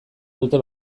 dute